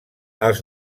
els